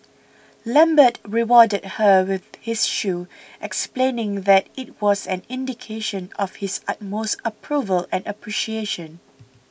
lambert rewarded her with his shoe explaining that it was an indication of his utmost approval and appreciation